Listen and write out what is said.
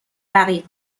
رقیق